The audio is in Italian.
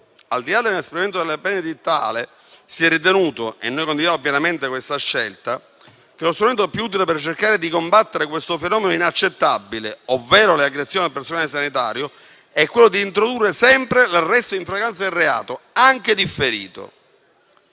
al di là dell'inasprimento della pena edittale, si è ritenuto - e noi condividiamo pienamente questa scelta - che lo strumento più utile per cercare di combattere questo fenomeno inaccettabile, ovvero le aggressioni al personale sanitario, è quello di introdurre sempre l'arresto in flagranza del reato, anche differito.